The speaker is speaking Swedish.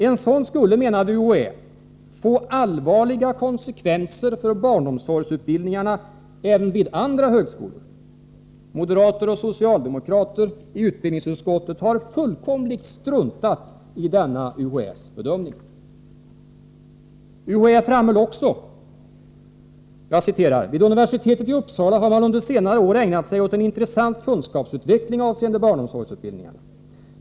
En sådan skulle, menade UHÄ, ”få allvarliga konsekvenser för barnomsorgsutbildningarna även vid andra högskolor”. Moderater och socialdemokrater i utbildningsutskottet har fullkomligt struntat i denna UHÄ:s bedömning. UHÄ framhöll också: ”Vid universitetet i Uppsala har man under senare år ägnat sig åt en intressant kunskapsutveckling avseende barnomsorgsutbildningarna.